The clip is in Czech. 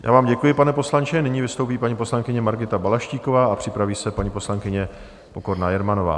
Já vám děkuji, pane poslanče, nyní vystoupí paní poslankyně Margita Balaštíková a připraví se paní poslankyně Pokorná Jermanová.